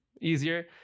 easier